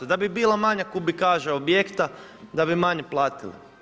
Da bi bila manja kubikaža, objekta, da bi manje platili.